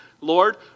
Lord